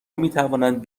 میتوانند